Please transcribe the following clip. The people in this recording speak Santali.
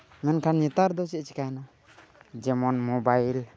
ᱢᱮᱱᱠᱷᱟᱱ ᱱᱮᱛᱟᱨ ᱫᱚ ᱪᱮᱫ ᱪᱤᱠᱟᱹᱭᱮᱱᱟ ᱡᱮᱢᱚᱱ ᱢᱳᱵᱟᱭᱤᱞ